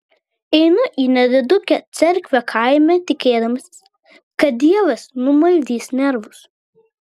einu į nedidukę cerkvę kaime tikėdamasi kad dievas numaldys nervus